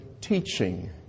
teaching